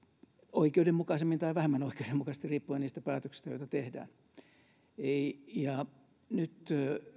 oikeudenmukaisemmin tai vähemmän oikeudenmukaisesti riippuen niistä päätöksistä joita tehdään nyt